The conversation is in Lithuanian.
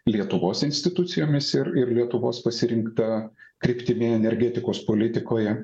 lietuvos institucijomis ir ir lietuvos pasirinkta kryptimi energetikos politikoje